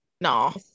no